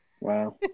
Wow